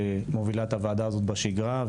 שמובילה את הוועדה הזאת בשיגרה,